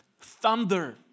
thunder